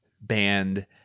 band